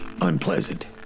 unpleasant